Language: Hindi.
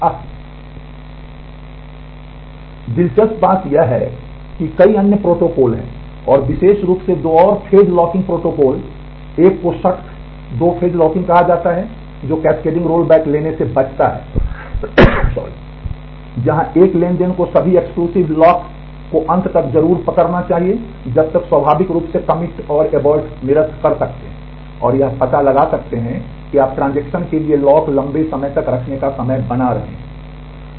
आह दिलचस्प बात यह है कि कई अन्य प्रोटोकॉल हैं और विशेष रूप से दो और दो फेज लॉकिंग प्रोटोकॉल 1 को सख्त दो फेज लॉकिंग कहा जाता है जो कैस्केडिंग रोलबैक लेने से बचता है जहां एक ट्रांज़ैक्शन को सभी एक्सक्लूसिव के लिए लॉक लंबे समय तक रखने का समय बना रहे हैं